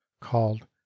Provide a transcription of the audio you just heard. called